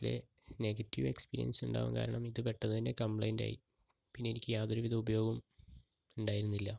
ഇതിലെ negative experience ഉണ്ടാവാൻ കാരണം ഇത് പെട്ടന്നു തന്നെ കമ്പ്ലൈന്റ് ആയി പിന്നെ എനിക്ക് യാതൊരു വിധ ഉപയോഗവും ഉണ്ടായിരുന്നില്ല